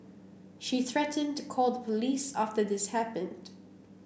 she threatened to call the police after this happened